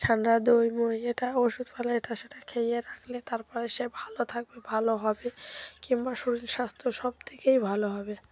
ঠান্ডা দইমই এটা ওষুধপালা এটা সেটা খেয়ে রাখলে তারপরে সে ভালো থাকবে ভালো হবে কিংবা শরীর স্বাস্থ্য সবদিকেই ভালো হবে